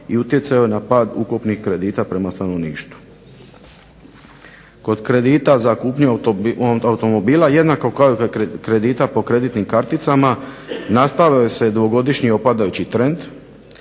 i utjecaju na pad ukupnih kredita prema stanovništvu. Kod kredita za kupnju automobila jednako kod kredita po kreditnim karticama nastavlja se dvogodišnji opadajući trend